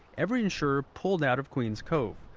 every insurer pulled out of queen's cove,